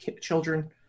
children